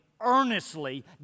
earnestly